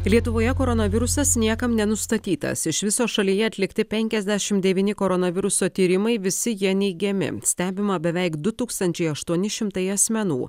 lietuvoje koronavirusas niekam nenustatytas iš viso šalyje atlikti penkiasdešimt devyni koronaviruso tyrimai visi jie neigiami stebima beveik du tūkstančiai aštuoni šimtai asmenų